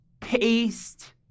paste